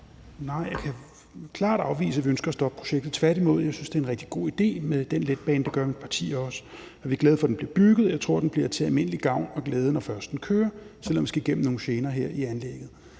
Nej, jeg kan klart afvise, at vi ønsker at stoppe projektet. Tværtimod synes jeg, det er en rigtig god idé med den letbane, og det gør mit parti også. Vi er glade for, at den bliver bygget, og jeg tror, den bliver til almindelig gavn og glæde, når først den kører, selv om vi skal igennem nogle gener her i anlægsfasen.